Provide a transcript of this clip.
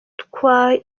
twagira